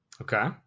Okay